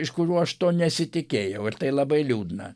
iš kurių aš to nesitikėjau ir tai labai liūdna